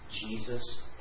Jesus